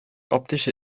optische